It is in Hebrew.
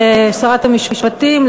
לשרת המשפטים,